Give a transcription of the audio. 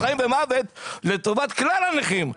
הוא נלחם לטובת כלל הנכים.